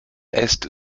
est